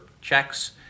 checks